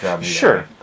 Sure